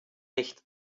nicht